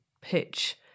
pitch